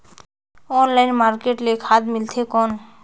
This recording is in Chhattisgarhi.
ऑनलाइन मार्केट ले खाद मिलथे कौन?